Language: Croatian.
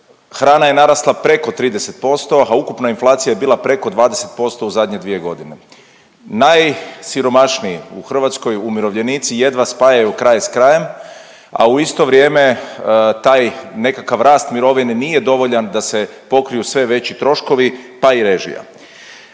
hrana je narasla preko 30%, a ukupna inflacija je bila preko 20% u zadnje 2.g.. Najsiromašniji u Hrvatskoj, umirovljenici jedva spajaju kraj s krajem, a u isto vrijeme taj nekakav rast mirovine nije dovoljan da se pokriju sve veći troškovi, pa i režija.